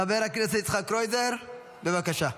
חבר הכנסת יצחק קרויזר, בבקשה.